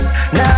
Now